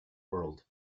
world